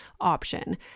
option